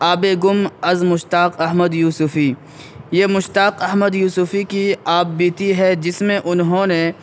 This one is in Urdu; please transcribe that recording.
آبِ گم از مشتاق احمد یوسفی یہ مشتاق احمد یوسفی کی آپ بیتی ہے جس میں انہوں نے